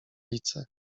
lice